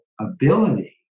ability